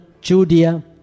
Judea